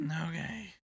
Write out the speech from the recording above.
Okay